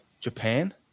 Japan